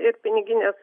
ir piniginės